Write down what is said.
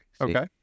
Okay